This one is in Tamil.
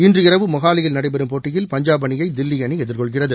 இன்று இரவு மொஹாலியில் நடைபெறும் போட்டியில் பஞ்சாப் அணியை தில்லி அணி எதிர்கொள்கிறது